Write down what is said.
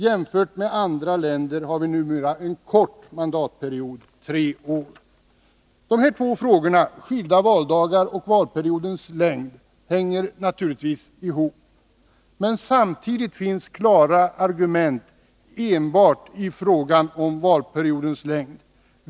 Jämfört med andra länder har vi numera en kort mandatperiod, tre år. De här två frågorna — skilda valdagar och valperiodens längd — hänger naturligtvis ihop. Men samtidigt finns det klara argument enbart i fråga om valperiodens längd.